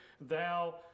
thou